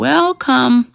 Welcome